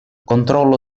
controllo